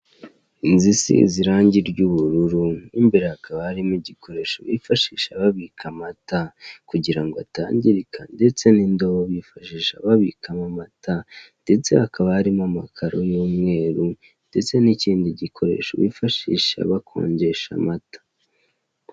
Inzu isize irangi ry'ubururu, mo imbere hakaba harimo igikoresho bifashisha babika amata kugira ngo atangirika ndetse n'indobo bifashisha babikamo amata ndetse hakaba harimo amakaro y'umweru ndetse n'ikindi gikoresho bifashisha bakojesha amata.